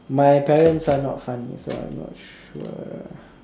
my parents are not funny so I'm not sure